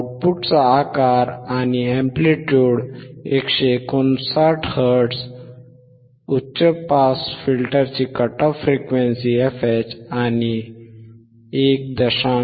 आउटपुटचा आकार आणि एंप्लिट्युड 159 हर्ट्झ उच्च पास फिल्टरची कट ऑफ फ्रीक्वेंसी fH आणि 1